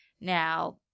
Now